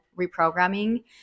reprogramming